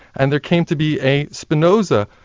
and there came to be a spinoza,